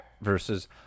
versus